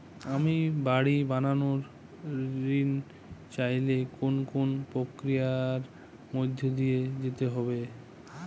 আমি বাড়ি বানানোর ঋণ চাইলে কোন কোন প্রক্রিয়ার মধ্যে দিয়ে যেতে হবে?